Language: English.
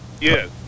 yes